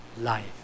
life